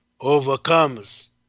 overcomes